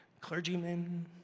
clergymen